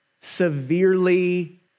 severely